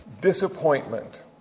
disappointment